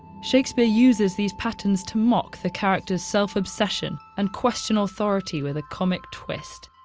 shakespeare uses these patterns to mock the characters' self-obsession and question authority with a comic twist.